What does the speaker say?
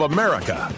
America